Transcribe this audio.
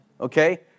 Okay